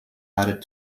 added